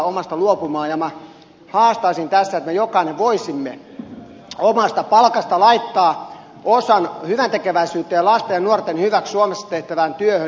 minä haastaisin tässä että me jokainen voisimme omasta palkasta laittaa osan hyväntekeväisyyteen ja lasten ja nuorten hyväksi suomessa tehtävään työhön